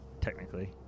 technically